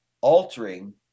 altering